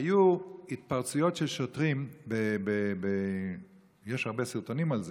היו התפרצויות של שוטרים, יש הרבה סרטונים על זה,